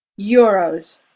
euros